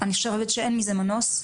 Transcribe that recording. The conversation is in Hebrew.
אני חושבת שאין מזה מנוס,